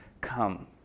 come